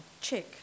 check